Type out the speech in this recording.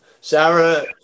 Sarah